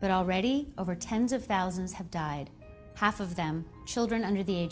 but already over tens of thousands have died half of them children under the age